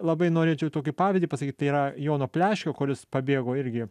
labai norėčiau tokį pavyzdį pasakyt tai yra jono pleškio kuris pabėgo irgi